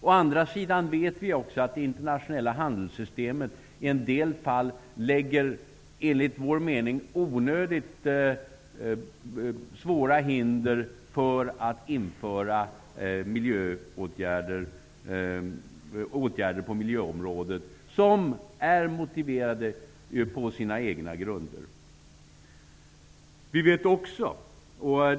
Å andra sidan vet vi också att det internationella handelssystemet i en del fall lägger onödigt svåra hinder för att införa åtgärder på miljöområdet som är motiverade på sina egna grunder.